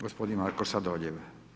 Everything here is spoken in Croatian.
Gospodin Marko Sladoljev.